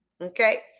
Okay